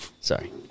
Sorry